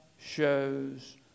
shows